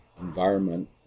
environment